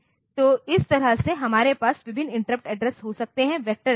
तो इस तरह से हमारे पास विभिन्न इंटरप्ट एड्रेस हो सकते हैं वेक्टर एड्रेस